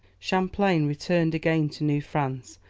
champlain returned again to new france,